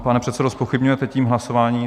Pane předsedo, zpochybňujete tím hlasování?